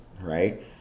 right